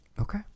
Okay